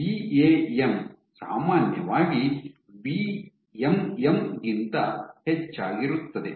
V A M ಸಾಮಾನ್ಯವಾಗಿ V M M ಗಿಂತ ಹೆಚ್ಚಾಗಿರುತ್ತದೆ